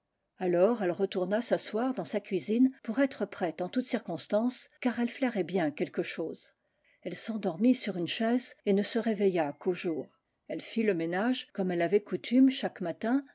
alors elle retourna s'asseoir dans sa cuisine pour être prête en toute circonstance car elle flairait bien quelque chose elle s'endormit sur une chaise et ne se réveilla qu'au jour elle fit le ménage comme elle avait coutume chaque matin